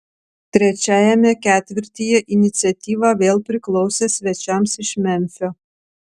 trečiajame ketvirtyje iniciatyva vėl priklausė svečiams iš memfio